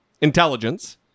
intelligence